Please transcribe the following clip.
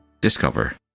discover